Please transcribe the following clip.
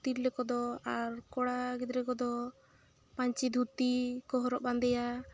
ᱛᱤᱨᱞᱟᱹ ᱠᱚᱫᱚ ᱟᱨ ᱠᱚᱲᱟ ᱜᱤᱫᱽᱨᱟᱹ ᱠᱚᱫᱚ ᱯᱟᱹᱧᱪᱤ ᱫᱷᱩᱛᱤ ᱠᱚ ᱦᱚᱨᱚᱜ ᱵᱟᱸᱫᱮᱭᱟ